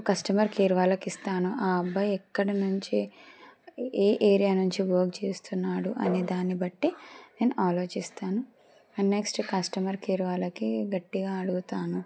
customer care వాళ్ళకి ఇస్తాను ఆ అబ్బాయి ఎక్కడ నుంచి ఏ ఏరియా నుంచి వర్క్ చేస్తున్నాడు అనేదాన్ని బట్టి నేను ఆలోచిస్తాను అండ్ నెక్స్ట్ కస్టమర్ కేర్ వాళ్ళకి గట్టిగా అడుగుతాను